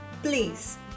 Please